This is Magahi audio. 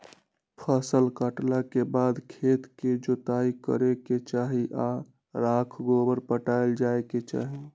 फसल काटला के बाद खेत के जोताइ करे के चाही आऽ राख गोबर पटायल जाय के चाही